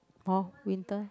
oh winter